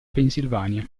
pennsylvania